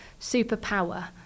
Superpower